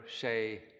say